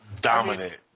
Dominant